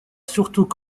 surtout